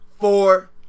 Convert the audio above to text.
Four